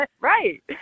Right